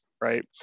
right